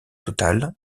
total